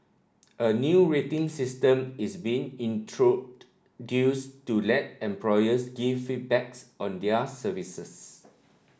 a new rating system is being introduced to let employers give feedbacks on their services